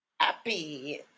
Happy